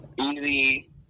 Easy